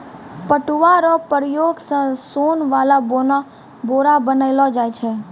पटुआ रो प्रयोग से सोन वाला बोरा बनैलो जाय छै